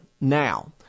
now